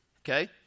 Okay